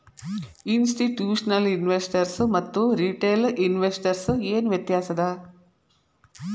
ಇನ್ಸ್ಟಿಟ್ಯೂಷ್ನಲಿನ್ವೆಸ್ಟರ್ಸ್ಗು ಮತ್ತ ರಿಟೇಲ್ ಇನ್ವೆಸ್ಟರ್ಸ್ಗು ಏನ್ ವ್ಯತ್ಯಾಸದ?